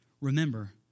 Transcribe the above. Remember